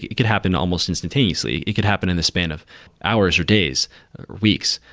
it could happen almost instantaneously. it could happen in the span of hours, or days, or weeks.